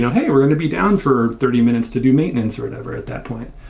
hey, we're going to be down for thirty minutes to do maintenance, or whatever at that point.